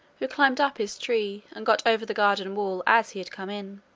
who climbed up his tree, and got over the garden wall as he had come in.